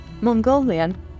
Mongolian